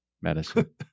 medicine